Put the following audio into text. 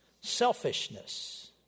Selfishness